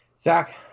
Zach